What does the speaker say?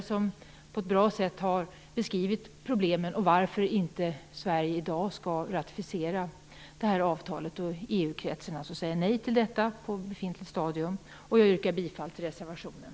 De har på ett bra sätt beskrivit problemen och förklarat varför inte Sverige i dag skall ratificera detta avtal, och att EU-kretsen alltså borde säga nej till detta på befintligt stadium. Jag yrkar bifall till reservationen.